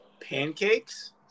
Pancakes